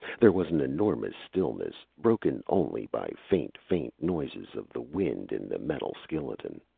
there was an enormous stillness, broken only by faint, faint noises of the wind in the metal skeleton.